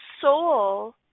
soul